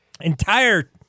entire